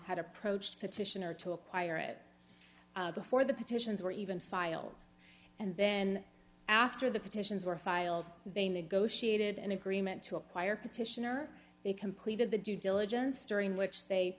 had approached petitioner to acquire it before the petitions were even filed and then after the petitions were filed they negotiated an agreement to acquire petitioner they completed the due diligence during which they